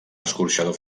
escorxador